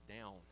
down